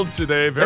today